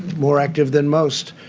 more active than most.